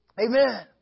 Amen